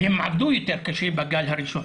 והם עבדו יותר קשה בגל הראשון,